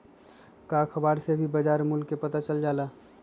का अखबार से भी बजार मूल्य के पता चल जाला?